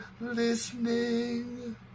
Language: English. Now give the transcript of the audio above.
listening